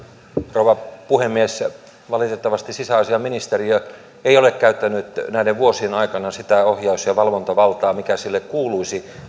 rouva puhemies valitettavasti sisäasiainministeriö ei ole käyttänyt näiden vuosien aikana sitä ohjaus ja ja valvontavaltaa mikä sille kuuluisi